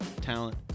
talent